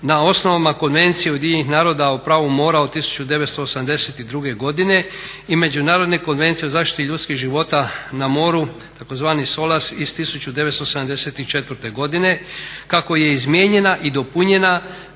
na osnovama Konvencije Ujedinjenih naroda o pravu mora od 1982. godine i Međunarodne konvencije o zaštiti ljudskih života na moru tzv. SOLAS iz 1974. godine kako je izmijenjena i dopunjena